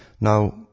Now